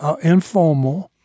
Informal